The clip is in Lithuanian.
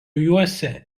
juosia